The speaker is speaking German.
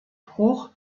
bruch